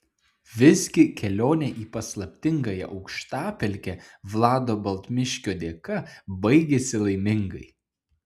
visgi kelionė į paslaptingąją aukštapelkę vlado baltmiškio dėka baigėsi laimingai